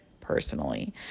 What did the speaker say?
personally